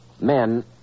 Men